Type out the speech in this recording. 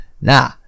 nah